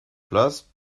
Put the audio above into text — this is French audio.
place